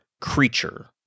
creature